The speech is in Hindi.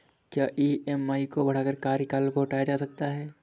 क्या ई.एम.आई को बढ़ाकर कार्यकाल को घटाया जा सकता है?